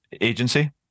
Agency